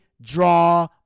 draw